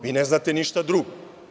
Vi ne znate ništa drugo.